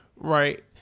Right